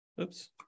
Oops